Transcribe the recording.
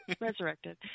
Resurrected